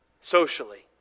socially